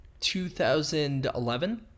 2011